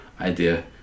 idea